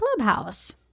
Clubhouse